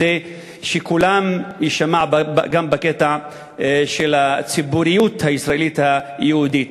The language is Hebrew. כדי שקולם יישמע גם בקטע של הציבוריות הישראלית היהודית.